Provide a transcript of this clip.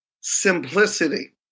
simplicity